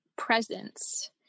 presence